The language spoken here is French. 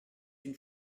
une